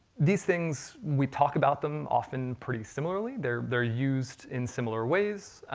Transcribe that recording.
these things, we talk about them often pretty similarly. they're they're used in similar ways,